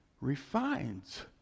refines